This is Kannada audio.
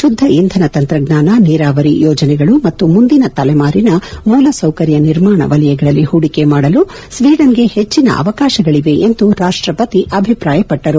ಶುದ್ಧ ಇಂಧನ ತಂತ್ರಜ್ಞಾನ ನೀರಾವರಿ ಯೋಜನೆಗಳು ಮತ್ತು ಮುಂದಿನ ತಲೆಮಾರಿನ ಮೂಲಸೌಕರ್ಯ ನಿರ್ಮಾಣ ವಲಯಗಳಲ್ಲಿ ಪೂಡಿಕೆ ಮಾಡಲು ಸ್ವೀಡನ್ಗೆ ಪೆಚ್ಚಿನ ಅವಕಾಶಗಳಿವೆ ಎಂದು ರಾಷ್ಟಪತಿ ಅಭಿಪ್ರಾಯಪಟ್ಟರು